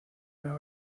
una